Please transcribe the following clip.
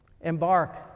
embark